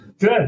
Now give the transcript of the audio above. Good